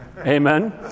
Amen